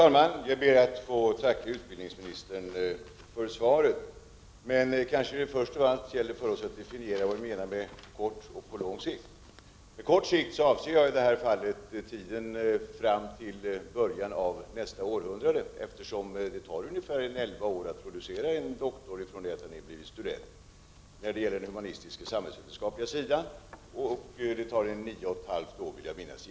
Herr talman! Jag ber att få tacka utbildningsministern för svaret. Först kanske vi skall definiera vad vi menar med kort och lång sikt. Med kort sikt avser jag i detta fall tiden fram till början av nästa århundrade. Från det att en person har blivit student i humanistiska och samhällsvetenskapliga ämnen tar det ungefär 11 år innan han kan promoveras till doktor.